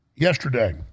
Yesterday